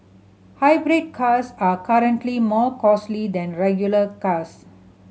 hybrid cars are currently more costly than regular cars